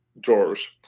drawers